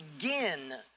begin